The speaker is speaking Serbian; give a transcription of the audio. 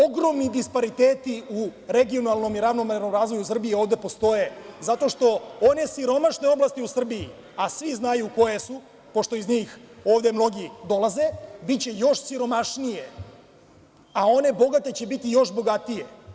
Ogromni dispariteti u regionalnom i ravnomernom razvoju Srbije ovde postoje zato što one siromašne oblasti u Srbiji, a svi znaju koje su pošto iz njih ovde mnogi dolaze, biće još siromašnije, a one bogate će biti još bogatije.